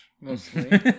mostly